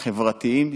החברתיים,